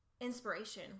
inspiration